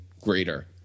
greater